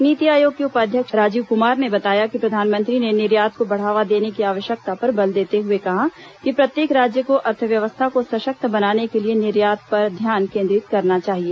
नीति आयोग के उपाध्यक्ष राजीव कुमार ने बताया कि प्रधानमंत्री ने निर्यात को बढ़ावा देने की आवश्यकता पर बल देते हुए कहा कि प्रत्येक राज्य को अर्थव्यवस्था को सशक्त बनाने के लिए निर्यात पर ध्यान केंद्रित करना चाहिए